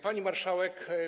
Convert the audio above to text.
Pani Marszałek!